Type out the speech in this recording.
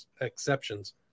exceptions